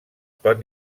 pot